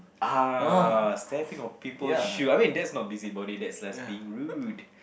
ah stepping on peoples shoe I mean that's not busybody that's just being rude